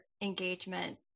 engagement